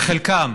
זה חלקם,